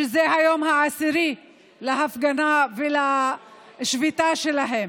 שזה היום העשירי להפגנה ולשביתה שלהם,